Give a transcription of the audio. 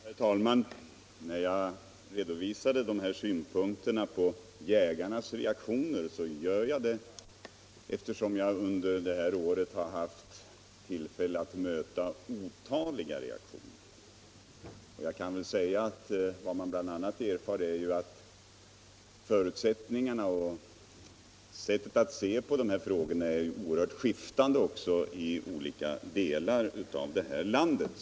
Herr talman! Jag har redovisat jägarnas reaktioner därför att jag under detta år har mött otaliga sådana reaktioner. Vad jag bl.a. erfarit är att förutsättningarna och sättet att se på dessa frågor är oerhört skiftande i olika delar av landet.